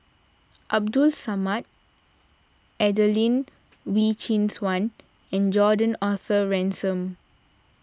Abdul Samad Adelene Wee Chin Suan and Gordon Arthur Ransome